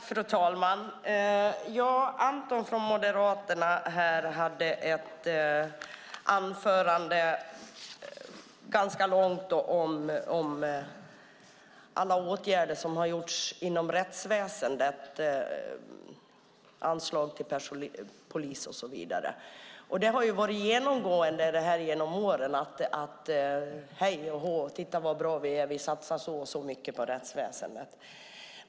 Fru talman! Anton från Moderaterna hade ett ganska långt anförande om alla åtgärder som har vidtagits inom rättsväsendet, anslag till polis och så vidare. Det har ju varit genomgående genom åren: Hej och hå, titta vad bra vi är! Vi satsar så och så mycket på rättsväsendet.